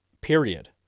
period